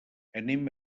anem